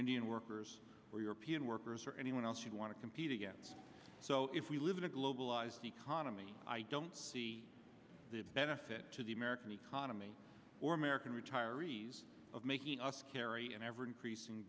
indian workers or european workers or anyone else you want to compete against so if we live in a globalized economy i don't see the benefit to the american economy or american retirees of making us carry an ever increasing